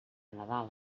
nadal